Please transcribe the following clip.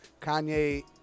Kanye